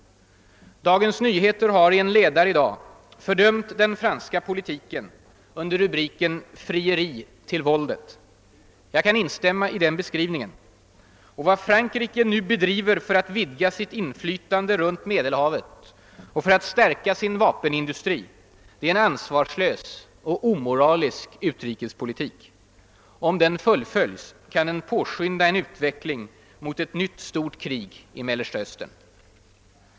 Dagens Nyheter har i en ledare i dag fördömt den franska politiken under rubriken >»Frieri till våldet». Jag kan instämma i den beskrivningen. Vad Frankrike nu bedriver för att vidga sitt inflytande runt Medelhavet och för att stärka sin vapenindustri är en ansvarslös och omoralisk utrikespolitik. Om den fullföljs kan den påskynda en utveckling mot ett nytt, stort krig i Mellersta Östern.